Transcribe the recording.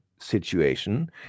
Situation